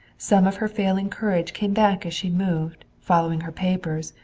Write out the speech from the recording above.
some of her failing courage came back as she moved, following her papers,